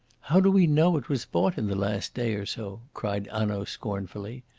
how do we know it was bought in the last day or so? cried hanaud scornfully.